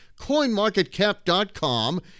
CoinMarketCap.com